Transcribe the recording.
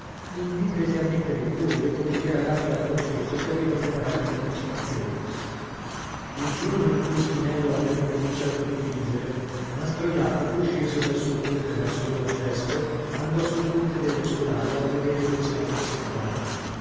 indi prese a mettere il colore come gli era dato dal bozzetto che aveva preparato in anticipazione il giorno in cui spinello aveva incominciato a dipingere mastro jacopo sceso dal suo ponte verso l'ora di vespro andò sul ponte dello scolaro a vedere come se la fosse cavata